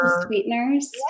sweeteners